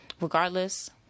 regardless